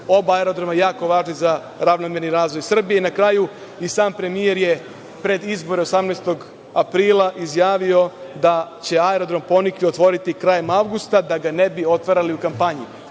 oba aerodroma jako važni za ravnomerni razvoj Srbije. Na kraju, i sam premijer je pred izbore 18. aprila izjavio da će aerodrom Ponikve otvoriti krajem avgusta da ga ne bi otvarali u kampanji.